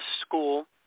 school